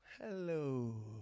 Hello